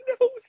no